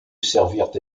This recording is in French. servirent